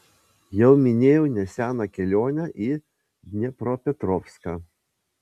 jau minėjau neseną kelionę į dniepropetrovską